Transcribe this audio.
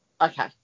Okay